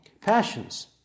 passions